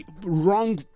wrong